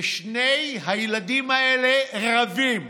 ושני הילדים האלה רבים.